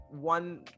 one